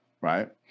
right